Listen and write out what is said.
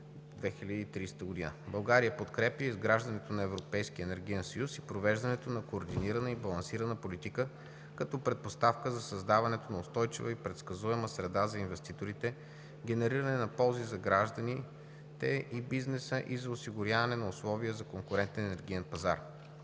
България подкрепя изграждането на европейски Енергиен съюз и провеждането на координирана и балансирана политика като предпоставка за създаването на устойчива и предсказуема среда за инвеститорите, генериране на ползи за гражданите и бизнеса и за осигуряване на условия за конкурентен енергиен пазар.